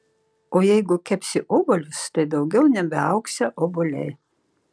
o jeigu kepsi obuolius tai daugiau nebeaugsią obuoliai